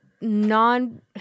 non